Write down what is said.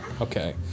Okay